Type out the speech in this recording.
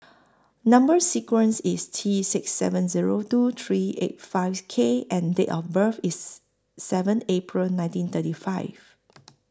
Number sequence IS T six seven Zero two three eight five K and Date of birth IS seven April nineteen thirty five